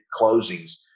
closings